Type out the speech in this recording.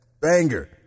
banger